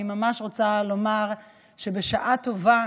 אני ממש רוצה לומר שבשעה טובה